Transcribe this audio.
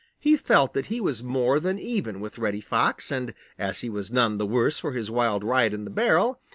he felt that he was more than even with reddy fox, and as he was none the worse for his wild ride in the barrel,